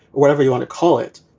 whatever you want to call it,